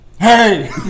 Hey